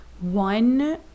One